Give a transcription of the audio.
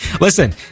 Listen